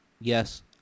Yes